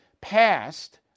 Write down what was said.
passed